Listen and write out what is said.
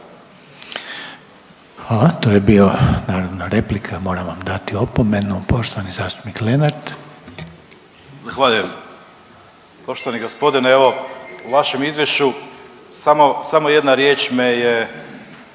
Hvala. To je bio naravno replika, moram vam dati opomenu. Poštovani zastupnik Lenart. **Lenart, Željko (HSS)** Zahvaljujem. Poštovani gospodine, evo, u vašem Izvješću samo jedna riječ me je